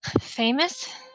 famous